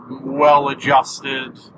well-adjusted